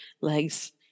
legs